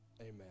Amen